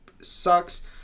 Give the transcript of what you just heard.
sucks